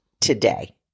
today